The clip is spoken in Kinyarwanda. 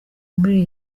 muri